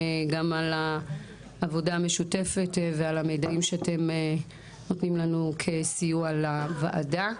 גם על העבודה המשותפת ועל המיידעים שאתם נותנים לנו כסיוע לוועדה.